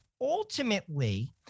ultimately